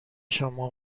شما